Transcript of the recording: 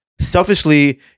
Selfishly